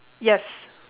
yes